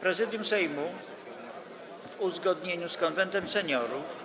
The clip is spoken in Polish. Prezydium Sejmu, w uzgodnieniu z Konwentem Seniorów,